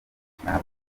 nifuzaga